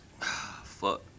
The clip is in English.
fuck